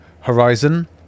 Horizon